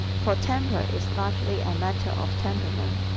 for temper is largely a matter of temperament.